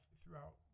throughout